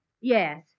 Yes